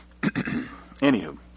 Anywho